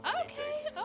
Okay